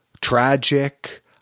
tragic